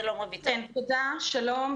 תודה, שלום.